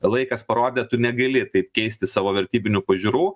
laikas parodė tu negali taip keisti savo vertybinių pažiūrų